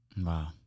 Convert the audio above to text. Wow